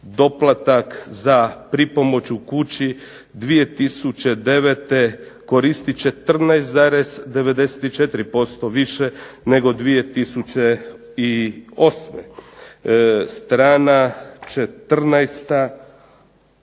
Doplatak za pripomoć u kući 2009. koristi 14,94% više nego 2008.